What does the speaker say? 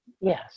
Yes